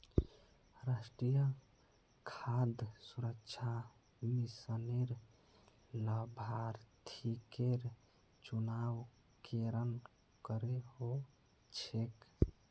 राष्ट्रीय खाद्य सुरक्षा मिशनेर लाभार्थिकेर चुनाव केरन करें हो छेक